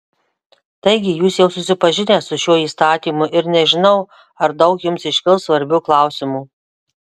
taigi jūs jau susipažinę su šiuo įstatymu ir nežinau ar daug jums iškils svarbių klausimų